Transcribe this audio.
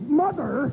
mother